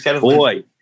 boy